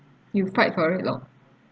you fight for it loh